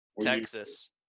Texas